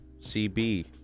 CB